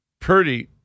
Purdy